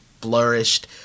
flourished